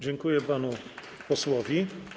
Dziękuję panu posłowi.